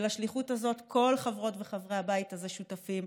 ולשליחות הזאת כל חברות וחברי הבית הזה שותפים.